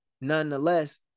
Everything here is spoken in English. nonetheless